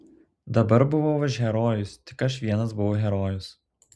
dabar buvau aš herojus tik aš vienas buvau herojus